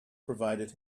provided